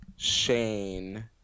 Shane